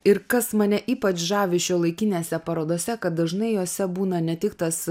ir kas mane ypač žavi šiuolaikinėse parodose kad dažnai jose būna ne tik tas